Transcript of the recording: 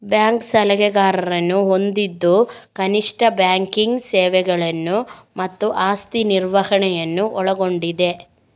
bank ಸಲಹೆಗಾರರನ್ನು ಹೊಂದಿದ್ದು ಕನಿಷ್ಠ ಬ್ಯಾಂಕಿಂಗ್ ಸೇವೆಗಳನ್ನು ಮತ್ತು ಆಸ್ತಿ ನಿರ್ವಹಣೆಯನ್ನು ಒಳಗೊಂಡಿದೆ